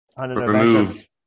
remove